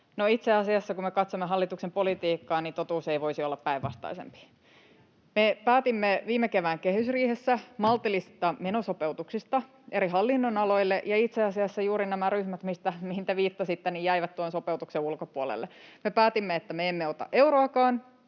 itse asiassa, kun me katsomme hallituksen politiikkaa, niin totuus ei voisi olla päinvastaisempi: Me päätimme viime kevään kehysriihessä maltillisista menosopeutuksista eri hallinnonaloille, ja itse asiassa juuri nämä ryhmät, mihin te viittasitte, jäivät tuon sopeutuksen ulkopuolelle. Me päätimme, että me emme ota euroakaan